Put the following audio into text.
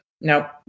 No